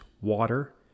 water